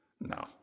No